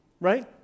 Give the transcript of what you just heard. right